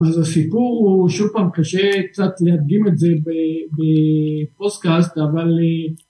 אז הסיפור הוא, שוב פעם קשה קצת להדגים את זה בפודקאסט, אבל